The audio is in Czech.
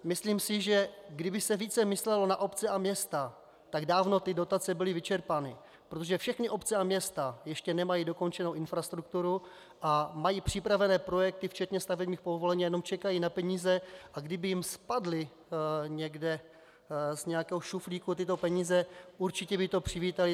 Myslím si, že kdyby se více myslelo na obce a města, tak dávno ty dotace byly vyčerpány, protože všechny obce a města ještě nemají dokončenou infrastrukturu a mají připravené projekty včetně stavebních povolení a jenom čekají na peníze, a kdyby jim spadly někde z nějakého šuplíku tyto peníze, určitě by to přivítaly.